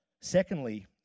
Secondly